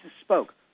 spoke